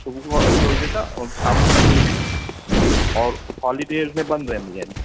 सुबुह खां अठ बजे खां और शाम जो पंजें बजे ताईं और हॉलीडेस में बंदि रहंदियूं आहिनि